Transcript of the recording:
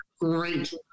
great